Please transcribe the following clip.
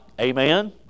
Amen